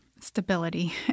stability